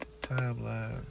timeline